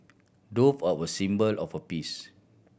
dove are a symbol of a peace